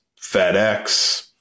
FedEx